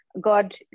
God